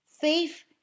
Faith